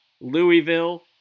Louisville